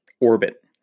orbit